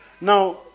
Now